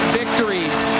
victories